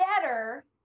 better